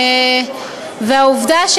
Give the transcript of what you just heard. והעובדה,